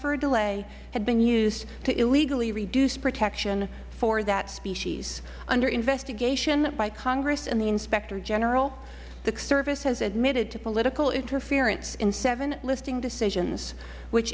request or a delay had been used to illegally reduce protection for that species under investigation by congress and the inspector general the service has admitted to political interference in seven listing decisions which